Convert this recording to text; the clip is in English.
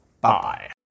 Bye